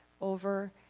over